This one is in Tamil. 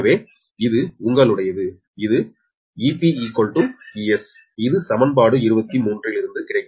எனவே இது உங்களுடையது இது 𝑬𝒔 𝑬𝒑 இது சமன்பாடு 23 இலிருந்து கிடைக்கிறது